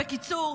בקיצור,